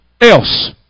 else